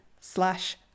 slash